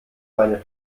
meine